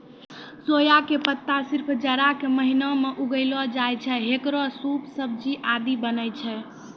सोया के पत्ता सिर्फ जाड़ा के महीना मॅ उगैलो जाय छै, हेकरो सूप, सब्जी आदि बनै छै